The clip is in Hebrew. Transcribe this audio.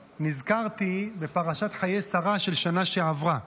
נזכרתי בפרשת חיי שרה של השנה שעברה.